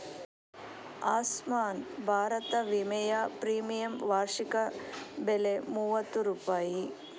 ಆಸ್ಮಾನ್ ಭಾರತ ವಿಮೆಯ ಪ್ರೀಮಿಯಂ ವಾರ್ಷಿಕ ಬೆಲೆ ಮೂವತ್ತು ರೂಪಾಯಿ